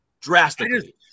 Drastically